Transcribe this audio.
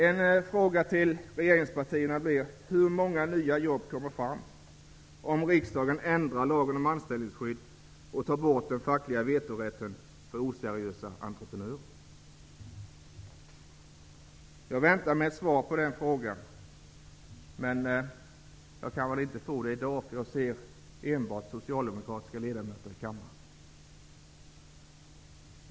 En fråga till regeringspartierna blir: Hur många nya jobb kommer fram om riksdagen antar förslaget om ändring av lagen om anställningsskydd så, att den fackliga vetorätten mot oseriösa entreprenörer tas bort? Jag förväntar mig ett svar på den frågan, men det blir väl inte aktuellt i dag, eftersom jag kan se enbart socialdemokrater i kammaren.